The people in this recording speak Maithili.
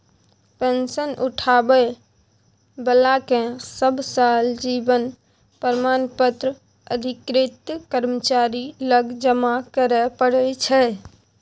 पेंशन उठाबै बलाकेँ सब साल जीबन प्रमाण पत्र अधिकृत कर्मचारी लग जमा करय परय छै